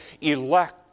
elect